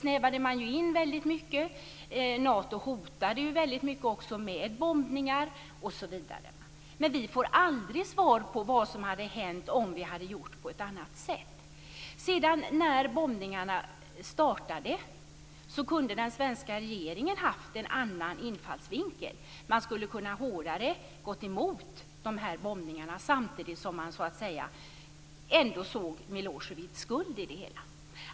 Nu snävade man in väldigt mycket. Nato hotade med bombningar osv. Vi får dock aldrig något svar på frågan vad som hade hänt, om vi hade gjort på ett annat sätt. När sedan bombningarna startade kunde den svenska regeringen ha haft en annan infallsvinkel. Man skulle hårdare ha kunnat gå emot bombningarna samtidigt som man ändå såg Milosevics skuld i det hela.